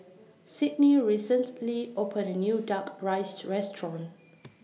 Sydnie recently opened A New Duck Rice Restaurant